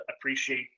appreciate